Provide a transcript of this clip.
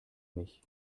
mich